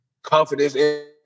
Confidence